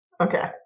Okay